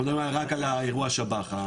אנחנו מדברים רק על האירוע שב"ח.